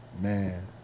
man